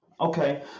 Okay